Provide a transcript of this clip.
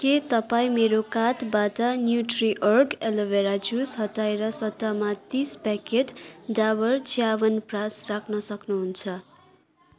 के तपाईँ मेरो कार्टबाट न्युट्रिअर्ग एलोभेरा जुस हटाएर सट्टामा तिस प्याकेट डाबर च्यवनप्रास राख्न सक्नुहुन्छ